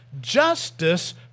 Justice